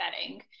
setting